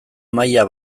maila